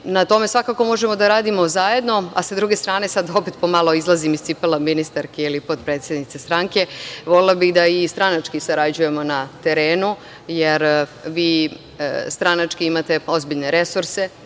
na tome možemo da radimo zajedno. S druge strane, sada opet po malo izlazim iz cipela ministarke ili potpredsednice stranke, volela bih da i stranački sarađujemo na terenu, jer stranački imate ozbiljne resurse